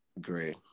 Great